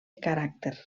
caràcter